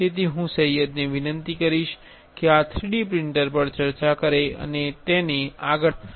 તેથી હું સૈયદને વિનંતી કરીશ કે આ 3D પ્રિંટર પર ચર્ચા કરે અને તેને આગળ લઇ જાય